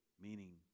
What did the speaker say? meaning